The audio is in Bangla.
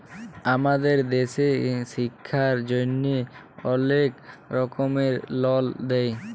আমাদের দ্যাশে ছিক্ষার জ্যনহে অলেক রকমের লল দেয়